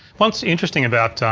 what's interesting about